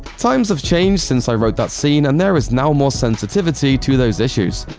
times have changed since i wrote that scene and there is now more sensitivity to those issues.